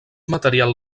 material